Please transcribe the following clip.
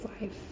life